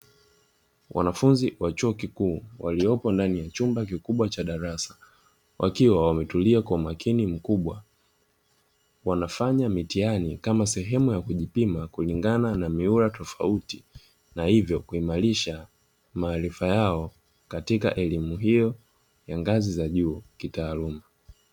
Wanafunzi wa chuo kikuu, waliopo ndani ya chumba kikubwa cha darasa, wakiwa wametulia kwa umakini mkubwa, wanafanya mitihani kama sehemu ya kujipima kulingana na mihula tofauti, na hivyo kuimarisha maarifa yao katika elimu hiyo ya ngazi za juu kitaaluma.